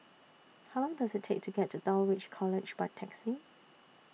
How Long Does IT Take to get to Dulwich College By Taxi